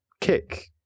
Kick